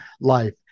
life